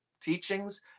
Teachings